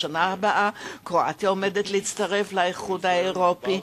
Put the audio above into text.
בשנה הבאה קרואטיה עומדת להצטרף לאיחוד האירופי.